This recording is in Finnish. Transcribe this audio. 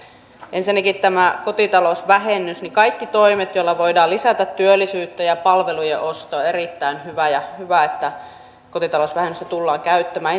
ensinnäkin tämä kotitalousvähennys kaikki toimet joilla voidaan lisätä työllisyyttä ja palvelujen ostoa ovat erittäin hyviä ja on hyvä että kotitalousvähennystä tullaan käyttämään